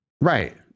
Right